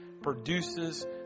produces